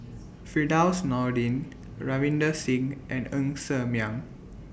Firdaus Nordin Ravinder Singh and Ng Ser Miang